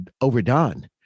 overdone